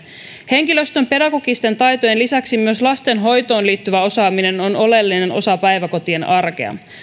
henkilöstön pedagogisten taitojen lisäksi myös lastenhoitoon liittyvä osaaminen on oleellinen osa päiväkotien arkea